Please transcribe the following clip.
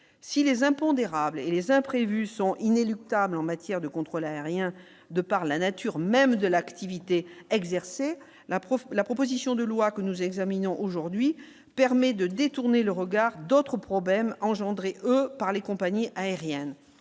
si les impondérables et les imprévus sont inéluctables en matière de contrôle aérien de par la nature même de l'activité exercée l'prof, la proposition de loi que nous examinons aujourd'hui permet de détourner le regard d'autres problèmes engendrés, eux, par les compagnies aériennes,